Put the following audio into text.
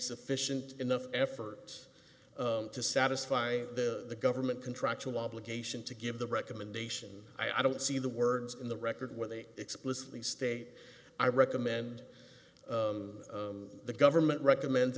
sufficient enough effort to satisfy the government contractual obligation to give the recommendation i don't see the words in the record where they explicitly state i recommend the government recommends